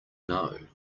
know